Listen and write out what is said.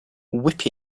whip